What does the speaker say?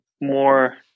more